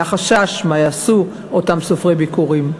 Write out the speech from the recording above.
היה חשש מה יעשו אותם סופרי ביכורים.